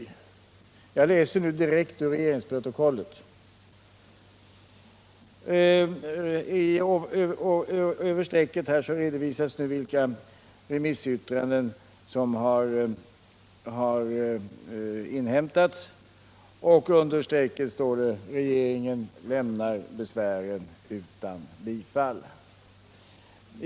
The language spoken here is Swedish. Jag läser nu direkt ur regeringsprotokollet. Över strecket redovisas vilka remissyttranden som har inhämtats och under strecket står: Regeringen lämnar besvären utan bifall.